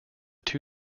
two